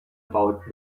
about